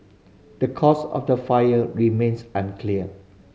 the cause of the fire remains unclear